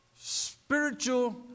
spiritual